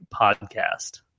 podcast